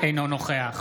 אינו נוכח